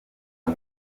ngo